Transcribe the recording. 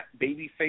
babyface